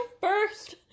first